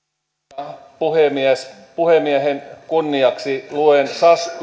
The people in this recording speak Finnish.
arvoisa puhemies puhemiehen kunniaksi luen